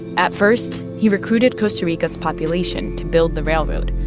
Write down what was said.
at first, he recruited costa rica's population to build the railroad,